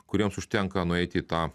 kuriems užtenka nueiti į tą